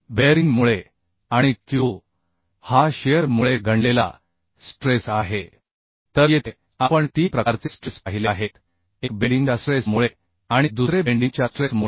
बेअरिंगमुळे आणि Q हा शिअर मुळे गणलेला स्ट्रेस आहे तर येथे आपण तीन प्रकारचे स्ट्रेस पाहिले आहेत एक बेंडिंग च्या स्ट्रेस मुळे आणि दुसरे बेंडिंग च्या स्ट्रेस मुळे